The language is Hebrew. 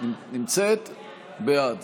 בעד